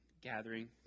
gathering